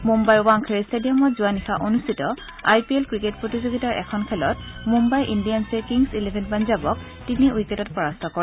মুন্নাইৰ ৱাংখেডে ষ্টেডিয়ামত যোৱা নিশা অনুষ্ঠিত আই পি এল ক্ৰিকেট প্ৰতিযোগীতাৰ এখন খেলত মুন্নাই ইণ্ডিয়ানছে কিংছ ইলেভেন পঞ্জাৱক তিনি উইকেটত পৰাস্ত কৰে